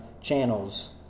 channels